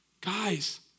Guys